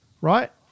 right